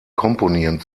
komponieren